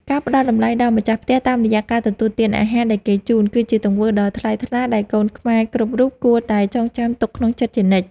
ការផ្តល់តម្លៃដល់ម្ចាស់ផ្ទះតាមរយៈការទទួលទានអាហារដែលគេជូន គឺជាទង្វើដ៏ថ្លៃថ្លាដែលកូនខ្មែរគ្រប់រូបគួរតែចងចាំទុកក្នុងចិត្តជានិច្ច។